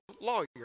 lawyer